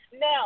Now